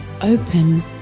open